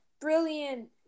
brilliant